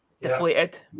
deflated